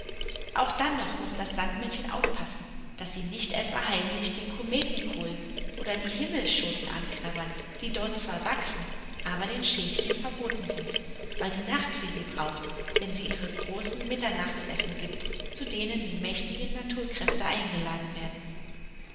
auch dann noch muß das sandmännchen aufpassen daß sie nicht etwa heimlich den kometenkohl oder die himmelschoten anknabbern die dort zwar wachsen aber den schäfchen verboten sind weil die nachtfee sie braucht wenn sie ihre großen mitternachtsessen gibt zu denen die mächtigen naturkräfte eingeladen werden